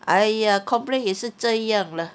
!aiya! complaint 也是这样 lah